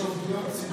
יש לנו פניות ציבור.